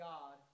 God